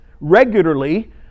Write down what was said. regularly